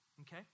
okay